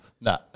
No